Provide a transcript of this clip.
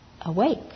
awake